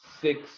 six